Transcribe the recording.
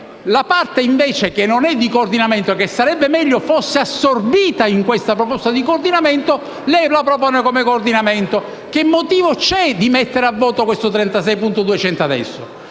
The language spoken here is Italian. la parte che non è di coordinamento (e che sarebbe meglio fosse assorbita in questa proposta di coordinamento) lei la propone come coordinamento. Che motivo c'è di mettere al voto questo emendamento